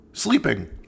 Sleeping